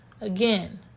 Again